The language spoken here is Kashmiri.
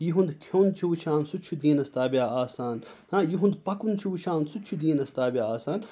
یِہُنٛد کھیوٚن چھِ وٕچھان سُہ تہِ چھُ دیٖنَس تابعہ آسان ہا یِہُنٛد پَکُن چھُ وٕچھان سُہ تہِ چھُ دیٖنَس تابعہِ آسان